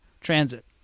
Transit